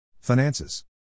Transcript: Finances